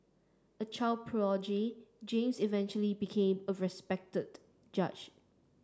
a child prodigy James eventually became a respected judge